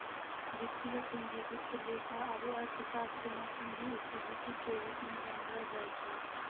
वित्तीय पूंजी वित्त लेखा आरू अर्थशास्त्र मे पूंजी इक्विटी के रूप मे जानलो जाय छै